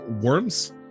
worms